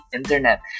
internet